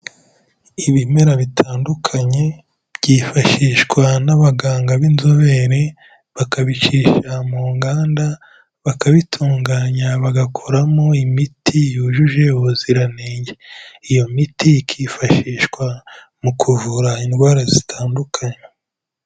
Ibimera bitandukanye byifashishwa n'abaganga b'inzobere, bakabicisha mu nganda, bakabitunganya bagakoramo imiti yujuje ubuziranenge. Iyo miti ikifashishwa mu kuvura indwara zitandukanye.